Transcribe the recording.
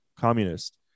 communist